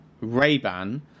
Ray-Ban